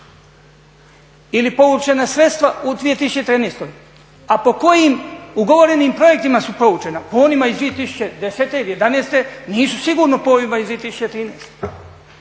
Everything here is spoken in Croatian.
ili povučena sredstva u 2013., a pokojim ugovorenim projektima su povučena? Po onima iz 2010. ili 2011.nisu sigurno po ovima iz 2013.